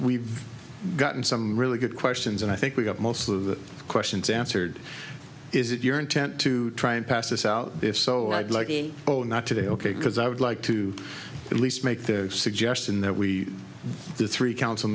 we've gotten some really good questions and i think we got most of the questions answered is it your intent to try and pass this out if so i'd like to oh not today ok because i would like to at least make the suggestion that we the three council